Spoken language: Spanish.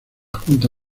junta